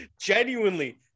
Genuinely